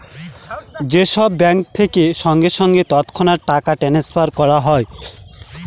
যে সব ব্যাঙ্ক থেকে সঙ্গে সঙ্গে তৎক্ষণাৎ টাকা ট্রাস্নফার করা হয়